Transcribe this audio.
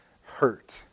hurt